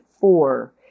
four